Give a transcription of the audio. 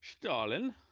Stalin